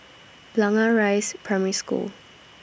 Blangah Rise Primary School